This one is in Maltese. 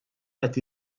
qed